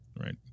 Right